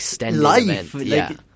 life